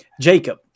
Jacob